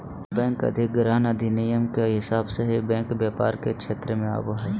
bank अधिग्रहण अधिनियम के हिसाब से ही बैंक व्यापार के क्षेत्र मे आवो हय